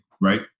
right